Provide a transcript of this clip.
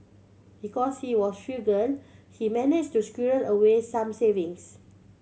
because he was frugal he managed to squirrel away some savings